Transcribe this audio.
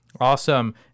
Awesome